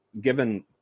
Given